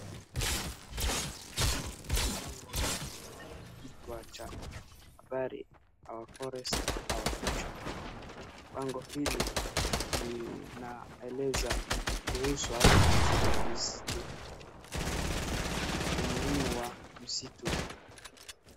Bango hili ni kichwa cha habari, our forest , our future . Bango hili linaeleza kuhusu aina za misitu, umuhimu wa msitu.